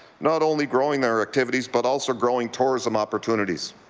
not only growing their activities but also growing tourism opportunities.